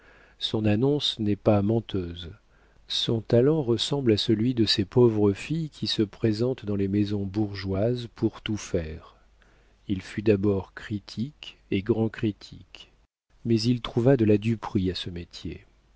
son annonce n'est pas menteuse son talent ressemble à celui de ces pauvres filles qui se présentent dans les maisons bourgeoises pour tout faire il fut d'abord critique et grand critique mais il trouva de la duperie à ce métier